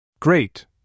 Great